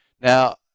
Now